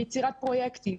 ויצירת פרויקטים,